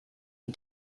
you